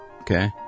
Okay